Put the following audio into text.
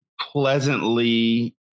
pleasantly